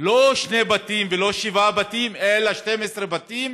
לא שני בתים ולא שבעה בתים, אלא 12 בתים